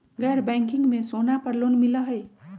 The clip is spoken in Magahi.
गैर बैंकिंग में सोना पर लोन मिलहई?